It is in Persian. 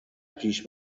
پیش